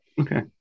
Okay